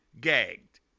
gagged